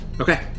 Okay